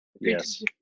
Yes